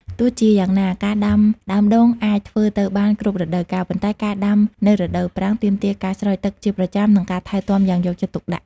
ទោះជាយ៉ាងណា ការដាំដើមដូងអាចធ្វើទៅបានគ្រប់រដូវកាល ប៉ុន្តែការដាំនៅរដូវប្រាំងទាមទារការស្រោចទឹកជាប្រចាំ និងការថែទាំយ៉ាងយកចិត្តទុកដាក់។